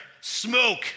smoke